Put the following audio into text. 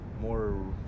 more